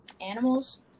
animals